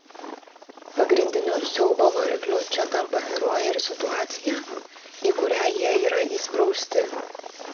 pagrindiniu siaubo varikliu čia tampa herojai ir situacija į kurią jie yra įsprausti